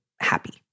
happy